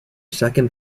second